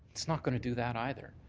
it's not going to do that either.